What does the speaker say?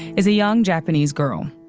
is a young japanese girl.